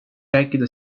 rääkida